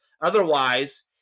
Otherwise